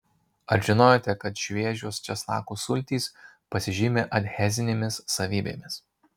ar žinojote kad šviežios česnakų sultys pasižymi adhezinėmis savybėmis